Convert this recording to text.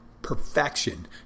Perfection